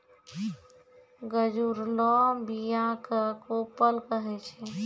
गजुरलो बीया क कोपल कहै छै